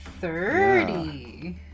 thirty